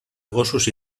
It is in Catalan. gossos